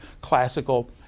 classical